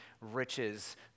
riches